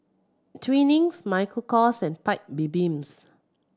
Twinings Michael Kors and Paik Bibims